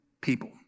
people